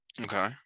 Okay